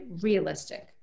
realistic